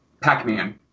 Pac-Man